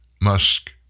Musk